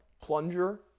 Plunger